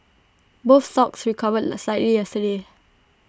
both stocks recovered slightly yesterday